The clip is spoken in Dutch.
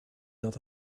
dat